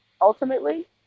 ultimately